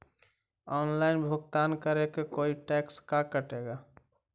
Online भुगतान करे को कोई टैक्स का कटेगा?